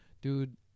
Dude